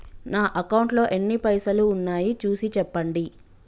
నా అకౌంట్లో ఎన్ని పైసలు ఉన్నాయి చూసి చెప్పండి?